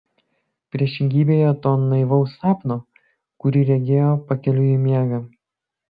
priešingybėje to naivaus sapno kurį regėjo pakeliui į miegą